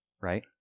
right